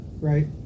right